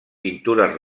pintures